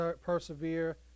persevere